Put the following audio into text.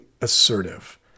assertive